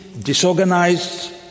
disorganized